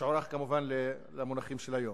משוערך, כמובן, למונחים של היום.